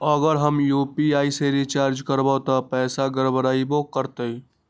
अगर हम यू.पी.आई से रिचार्ज करबै त पैसा गड़बड़ाई वो करतई?